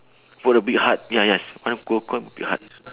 for the big heart ya yes call the big heart